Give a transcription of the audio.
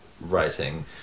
writing